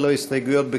ללא הסתייגויות,